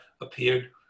appeared